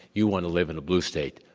you want to live in a blue state.